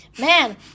Man